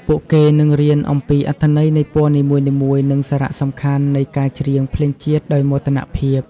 ពួកគេនឹងរៀនអំពីអត្ថន័យនៃពណ៌នីមួយៗ និងសារៈសំខាន់នៃការច្រៀងភ្លេងជាតិដោយមោទនភាព។